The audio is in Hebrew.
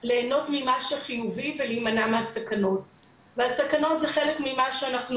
להנות ממה שחיובי ולהימנע מהסכנות והסכנות זה חלק ממה שאנחנו